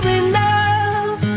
enough